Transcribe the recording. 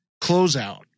closeout